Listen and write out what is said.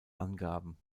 angaben